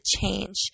change